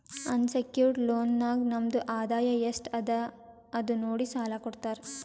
unsecured loan ನಾಗ್ ನಮ್ದು ಆದಾಯ ಎಸ್ಟ್ ಅದ ಅದು ನೋಡಿ ಸಾಲಾ ಕೊಡ್ತಾರ್